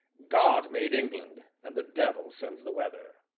god made england, and the devil sends the weather!